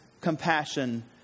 compassion